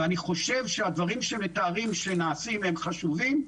ואני חושב שהדברים שמתארים שנעשים הם חשובים,